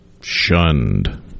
shunned